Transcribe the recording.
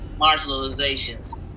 marginalizations